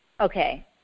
okay